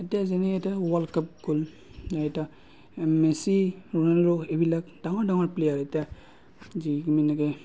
এতিয়া যেনে এতিয়া ৱৰ্ল্ড কাপ গ'ল এতিয়া মেছী ৰ'নাল্ডো এইবিলাক ডাঙৰ ডাঙৰ প্লে'য়াৰ এতিয়া যি এনেকৈ